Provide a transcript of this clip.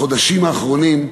בחודשים האחרונים,